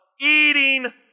eating